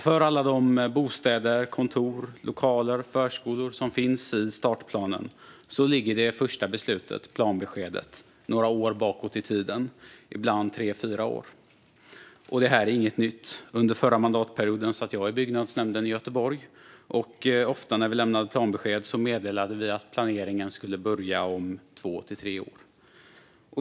För alla de bostäder, kontor, lokaler och förskolor som finns i startplanen ligger alltså det första beslutet - planbeskedet - några år bakåt i tiden, ibland tre fyra år. Detta är inget nytt; under den förra mandatperioden satt jag i byggnadsnämnden i Göteborg. Ofta när vi lämnade planbesked meddelade vi att planeringen skulle börja om två till tre år.